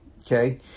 okay